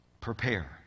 prepare